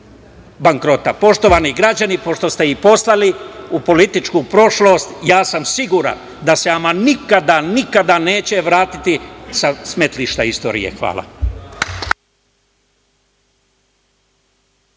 bankrota. Poštovani građani, pošto ih poslali u političku prošlost, ja sam siguran da se ama nikada, nikada neće vratiti sa smetlišta istorije. Hvala.